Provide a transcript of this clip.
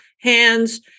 hands